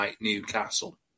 Newcastle